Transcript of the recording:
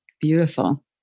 Beautiful